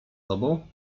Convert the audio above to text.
tobą